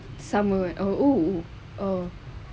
summer ugh uh oh